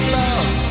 love